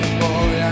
boy